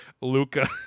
Luca